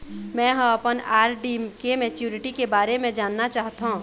में ह अपन आर.डी के मैच्युरिटी के बारे में जानना चाहथों